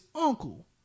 uncle